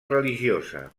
religiosa